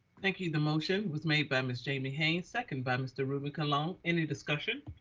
thank you. the motion was made by ms. jamie haynes second by mr. ruben colon. any discussion?